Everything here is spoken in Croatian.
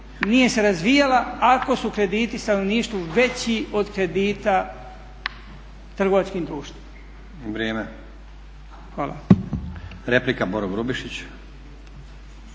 nije se razvijala ako su krediti stanovništvu veći od kredita trgovačkim društvima. **Stazić, Nenad (SDP)** Vrijeme. Replika, Boro Grubišić.